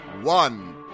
one